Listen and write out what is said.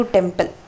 Temple